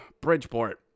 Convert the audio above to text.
Bridgeport